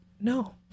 No